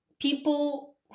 people